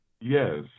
Yes